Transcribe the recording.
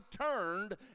turned